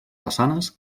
façanes